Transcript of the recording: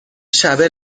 شبه